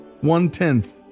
one-tenth